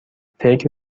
فکر